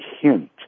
hint